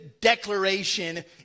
declaration